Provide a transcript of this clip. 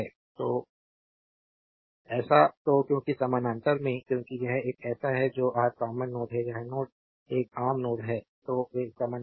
तो ऐसा तो क्योंकि समानांतर में क्योंकि यह एक ऐसा है जो आर कॉमन नोड है यह नोड एक आम नोड है तो वे समानांतर हैं तो मुझे इसे साफ करते हैं तो अब इसे 2 1744 जोड़ें यह 40 Ω है